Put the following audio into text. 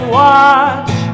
watch